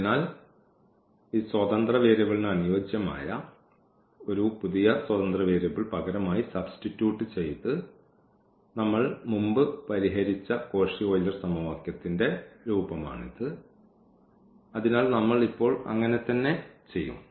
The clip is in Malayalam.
അതിനാൽ ഈ സ്വതന്ത്ര വേരിയബിളിന് അനുയോജ്യമായ ഒരു പുതിയ സ്വതന്ത്ര വേരിയബിൾ പകരമായി സബ്സ്റ്റിറ്റ്യൂട്ട് ചെയ്തു നമ്മൾ മുമ്പ് പരിഹരിച്ച കോഷി ഓയിലർ സമവാക്യത്തിന്റെ രൂപമാണിത് അതിനാൽ നമ്മൾ ഇപ്പോൾ അങ്ങനെ തന്നെ ചെയ്യും